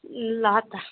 ए ल ह त